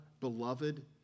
beloved